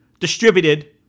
Distributed